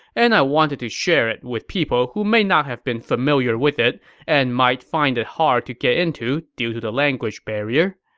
and i wanted to share it with people who may not have been familiar with it and might find it hard to get into due to the language barrier.